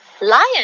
lion